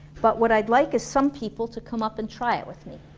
but what i'd like is some people to come up and try it with me